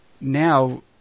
now